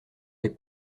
les